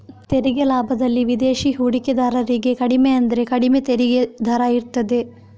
ತೆರಿಗೆ ಲಾಭದಲ್ಲಿ ವಿದೇಶಿ ಹೂಡಿಕೆದಾರರಿಗೆ ಕಡಿಮೆ ಅಂದ್ರೆ ಕಡಿಮೆ ತೆರಿಗೆ ದರ ಇರ್ತದೆ